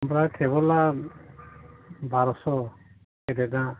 ओमफ्राय टेबोला बार'स' रेतआ